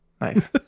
nice